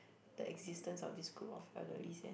the existence of this group of elderlies and